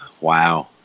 Wow